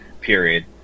period